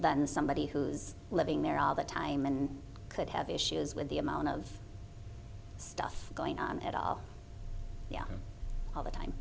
than somebody who's living there all the time and could have issues with the amount of stuff going on at all all the